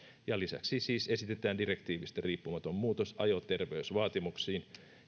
lisäksi siis esitetään direktiivistä riippumaton muutos ajoterveysvaatimuksiin